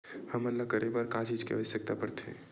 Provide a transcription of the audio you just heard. हमन ला करे बर का चीज के आवश्कता परथे?